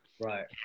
Right